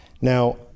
Now